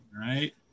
right